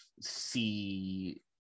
see